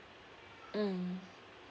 mm